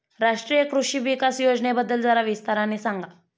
राष्ट्रीय कृषि विकास योजनेबद्दल जरा विस्ताराने सांगा